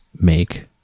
make